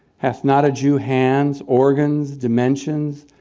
hath not a jew hands, organs, dimensions,